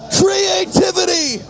creativity